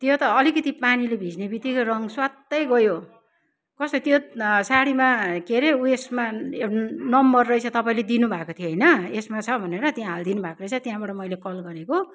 त्यो त अलिकति पानीले बिझ्नेबित्तिकै रङ् स्वात्तै गयो कसै त्यो साडीमा के अरे ऊ यसमा नम्बर रहेछ तपाईँले दिनु भएको थियो होइन यसमा छ भनेर त्यहाँ हालिदिनु भएको रहेछ त्यहाँबाट मैले कल गरेको